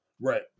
Right